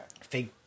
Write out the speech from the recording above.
Fake